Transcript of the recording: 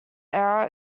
era